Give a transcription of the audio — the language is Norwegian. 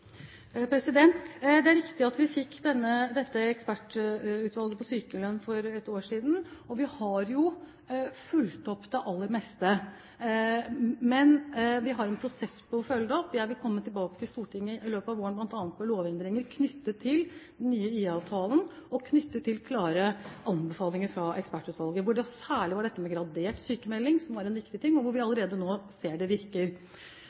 Det er riktig at vi fikk dette ekspertutvalget på sykelønn for ett år siden. Vi har jo fulgt opp det aller meste. Men vi har en prosess på å følge det opp, og jeg vil komme tilbake til Stortinget i løpet av våren bl.a. med lovendringer knyttet til den nye IA-avtalen, og knyttet til klare anbefalinger fra ekspertutvalget, hvor særlig dette med gradert sykmelding er en viktig ting – der vi allerede nå ser at det virker.